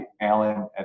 alan